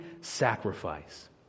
sacrifice